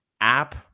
app